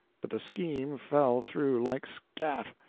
but the scheme fell through like scat!